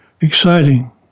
exciting